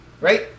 right